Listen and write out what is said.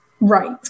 Right